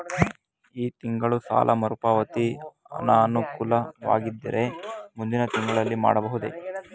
ಈ ತಿಂಗಳು ಸಾಲ ಮರುಪಾವತಿ ಅನಾನುಕೂಲವಾಗಿದ್ದರೆ ಮುಂದಿನ ತಿಂಗಳಲ್ಲಿ ಮಾಡಬಹುದೇ?